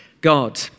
God